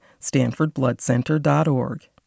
StanfordBloodCenter.org